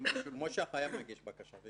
לא שולמו --- כמו שהחייב מגיש בקשה.